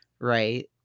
Right